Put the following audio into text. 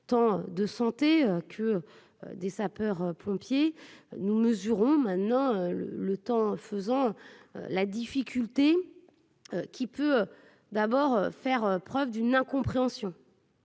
tant de santé que des sapeurs pompiers, nous mesurons maintenant le le temps faisant la difficulté qui peut d'abord faire preuve d'une incompréhension.